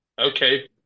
Okay